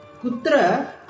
Kutra